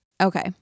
Okay